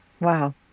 Wow